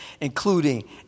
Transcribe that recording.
including